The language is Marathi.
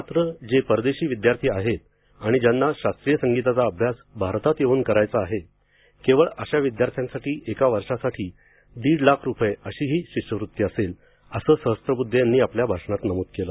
मात्र जे परदेशी विद्यार्थी आहेत आणि ज्यांना शास्त्रीय संगीताचा अभ्यास भारतात येऊन करायचा आहे केवळ अशा विद्यार्थ्यांसाठी एका वर्षासाठी दीड लाख रुपये अशी ही शिष्यवृत्ती असेल असं सहस्त्रबुद्धे यांनी आपल्या भाषणात नमूद केलं